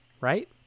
right